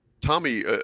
Tommy